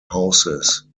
houses